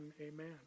amen